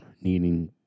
needing